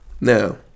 Now